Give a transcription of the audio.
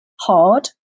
hard